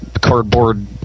cardboard